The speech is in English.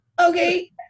Okay